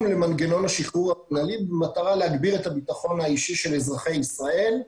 למנגנון השחרור הכללי במטרה להגביר את הביטחון האישי של אזרחי ישראל.